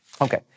Okay